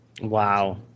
Wow